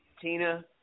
Tina